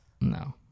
No